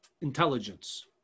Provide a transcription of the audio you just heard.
intelligence